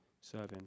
serving